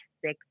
six